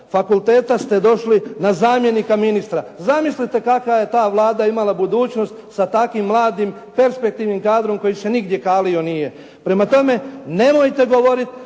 fakulteta došli na zamjenika ministra. Zamislite kakvu je ta Vlada imala budućnost sa takvim mladim perspektivnim kadrom koji se nigdje kalio nije. Prema tome, nemojte govoriti